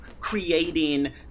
creating